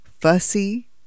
fussy